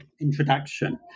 introduction